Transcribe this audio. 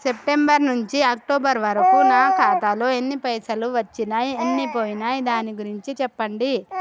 September నుంచి October వరకు నా ఖాతాలో ఎన్ని పైసలు వచ్చినయ్ ఎన్ని పోయినయ్ దాని గురించి చెప్పండి?